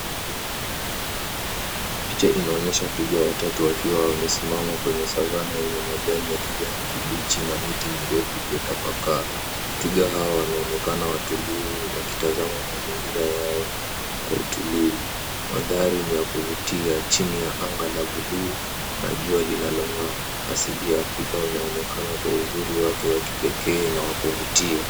Picha inaonyesha twiga watatu wakiwa wamesimama kwenye Savana yenye majani ya kijani kibichi wa kuchina miti mirefu iliyo tapakaa. Twiga hao wanaonekana wa tulivu wakitazama mazingira yao kwa utulivu. Madhari ni ya kuvutia chini ya anga la bluu na jua linalo ng'aa. Asili ya Afrika inaonekana kwa uzuri wake wa kipekee wakuvutia.